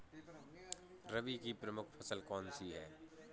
रबी की प्रमुख फसल कौन सी है?